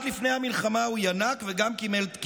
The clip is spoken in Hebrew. בכל יום הם יוצאים עם בעלי לחפש